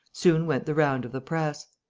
soon went the round of the press.